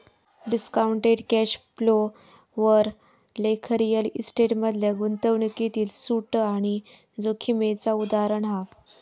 discounted cash flow वर लेख real estate मधल्या गुंतवणूकीतील सूट आणि जोखीमेचा उदाहरण हा